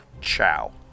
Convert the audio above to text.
Ciao